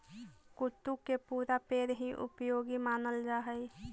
कुट्टू के पुरा पेड़ हीं उपयोगी मानल जा हई